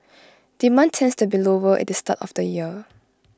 demand tends to be lower at the start of the year